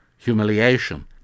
humiliation